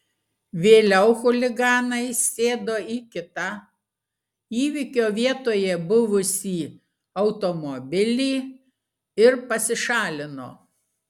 vėliau chuliganai sėdo į kitą įvykio vietoje buvusį automobilį ir pasišalino